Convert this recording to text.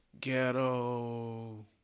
ghetto